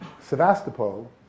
Sevastopol